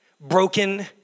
broken